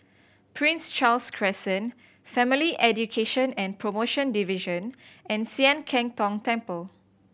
Prince Charles Crescent Family Education and Promotion Division and Sian Keng Tong Temple